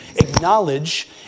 acknowledge